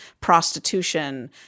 prostitution